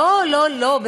לא לא לא.